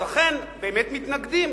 אז לכן באמת מתנגדים.